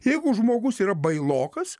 jeigu žmogus yra bailokas